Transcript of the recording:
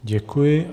Děkuji.